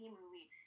movie